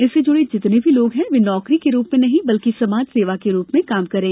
इससे जुड़े जितने भी लोग है वे नौकरी के रूप में नहीं बल्कि समाज सेवा के रूप में काम करें